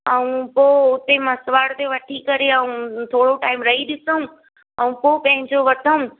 ऐं पोइ उते मसवाड़ ते वठी करे ऐं थोरो टाइम रही ॾिसूं ऐं पोइ पंहिंजो वठूं